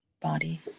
body